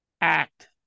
Act